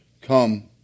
come